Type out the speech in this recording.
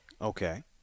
Okay